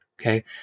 Okay